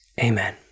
Amen